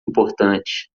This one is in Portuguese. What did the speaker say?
importante